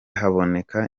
haboneka